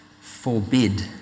forbid